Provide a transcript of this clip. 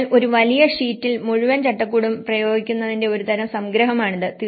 അതിനാൽ ഒരു വലിയ ഷീറ്റിൽ മുഴുവൻ ചട്ടക്കൂടും പ്രയോഗിക്കുന്നതിന്റെ ഒരു തരം സംഗ്രഹമാണിത്